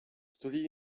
totally